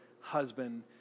husband